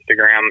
Instagram